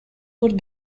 would